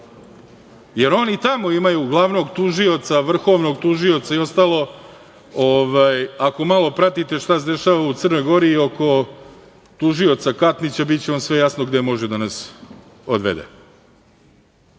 jer oni tamo imaju glavnog tužioca, vrhovnog tužioca i ostalo, ako malo pratite šta se dešava u Crnoj Gori i oko tužioca Katnića, biće vam sve jasno gde može da nas odvede. Ne